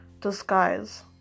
disguise